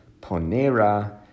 ponera